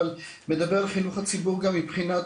אבל מדבר חינוך הציבור מבחינת